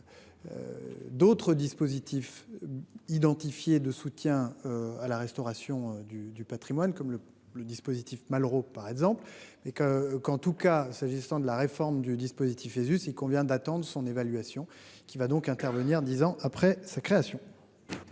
D'autres dispositifs identifié de soutien à la restauration du du Patrimoine comme le le dispositif Malraux par exemple mais que, qu'en tout cas s'agissant de la réforme du dispositif ASUS, il convient d'attendre son évaluation qui va donc intervenir 10 ans après sa création.